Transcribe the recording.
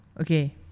okay